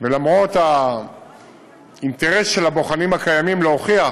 ולמרות האינטרס של הבוחנים הקיימים להוכיח